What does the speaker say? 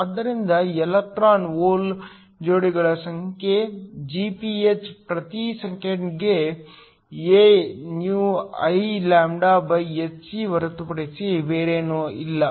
ಆದ್ದರಿಂದ electron hole ಜೋಡಿಗಳ ಸಂಖ್ಯೆ Gph ಪ್ರತಿ ಸೆಕೆಂಡಿಗೆ AηIλhc ಹೊರತುಪಡಿಸಿ ಬೇರೇನೂ ಅಲ್ಲ